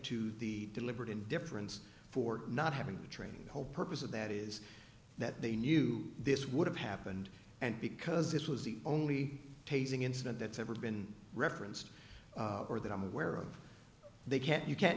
to the deliberate indifference for not having the training the whole purpose of that is that they knew this would have happened and because this was the only tasing incident that's ever been referenced or that i'm aware of they can't you can't